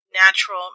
natural